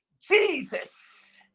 Jesus